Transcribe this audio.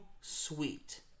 sweet